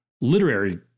literary